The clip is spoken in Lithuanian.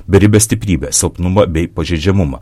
beribę stiprybę silpnumą bei pažeidžiamumą